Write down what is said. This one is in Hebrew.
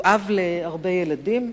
אב להרבה ילדים,